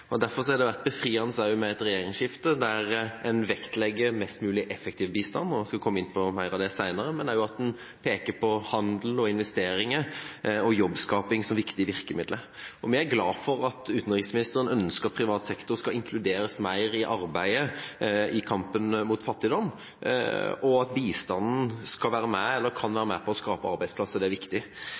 Derfor har det også vært befriende med et regjeringsskifte, der en vektlegger mest mulig effektiv bistand – jeg skal komme mer inn på det senere – men også at en peker på handel og investeringer og jobbskaping som viktige virkemidler. Og vi er glade for at utenriksministeren ønsker at privat sektor skal inkluderes mer i arbeidet i kampen mot fattigdom, og at bistanden kan være med på å skape arbeidsplasser. Det er viktig,